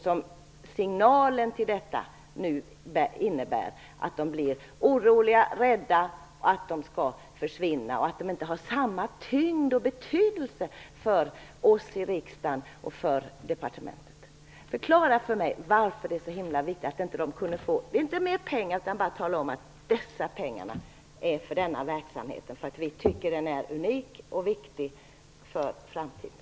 Den signal detta ger orsakar oro och rädsla att Teknikens hus skall försvinna och att det inte längre har samma tyngd och betydelse för oss i riksdagen och för departementet. Förklara för mig varför det är så viktigt att inte ange att just dessa pengar är till för den verksamhet som bedrivs i Teknikens hus och att vi tycker att den är unik och viktig för framtiden.